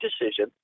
decision